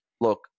look